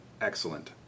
excellent